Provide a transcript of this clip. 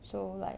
so like